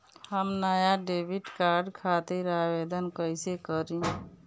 हम नया debit card खातिर आवेदन कईसे करी?